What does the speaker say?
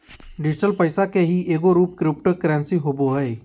digital पैसा के ही एगो रूप क्रिप्टो करेंसी होवो हइ